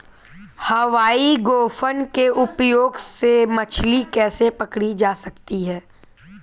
हवाई गोफन के उपयोग से मछली कैसे पकड़ी जा सकती है?